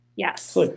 Yes